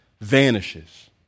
vanishes